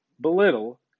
belittle